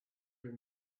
were